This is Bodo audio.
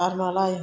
आरमालाय